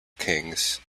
kings